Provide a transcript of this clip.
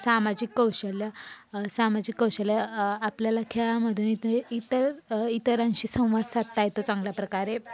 सामाजिक कौशल्य सामाजिक कौशल्य आपल्याला खेळामधून इथे इतर इतरांशी संवाद साधता येतो चांगल्या प्रकारे